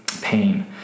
Pain